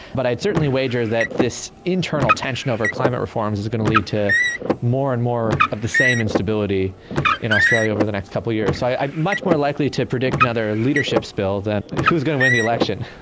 but i'd certainly wager that this internal tension over climate reforms is going to lead to more and more of the same instability in australia over the next couple of years. so i'm much more likely to predict another leadership spill than who's going to win the election.